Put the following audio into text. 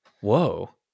Whoa